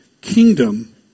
kingdom